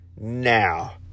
now